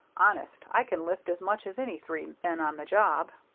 honest, i can lift as much as any three men on the job.